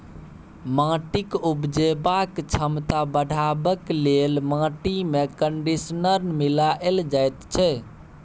माटिक उपजेबाक क्षमता बढ़ेबाक लेल माटिमे कंडीशनर मिलाएल जाइत छै